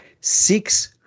Six